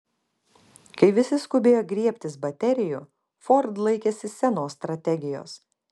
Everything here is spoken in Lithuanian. kai visi skubėjo griebtis baterijų ford laikėsi senos strategijos